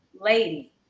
lady